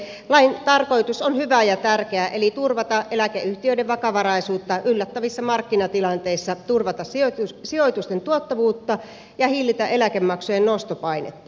lain tarkoitus on hyvä ja tärkeä eli turvata eläkeyhtiöiden vakavaraisuutta yllättävissä markkinatilanteissa turvata sijoitusten tuottavuutta ja hillitä eläkemaksujen nostopainetta